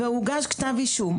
והוגש כתב אישום,